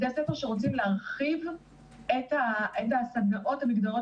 בתי הספר שרוצים להרחיב את הסדנאות המגדריות